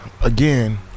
again